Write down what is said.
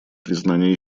признания